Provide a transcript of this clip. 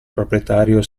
proprietario